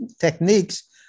techniques